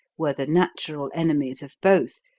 were the natural enemies of both,